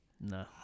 No